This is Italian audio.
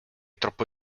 troppo